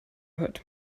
head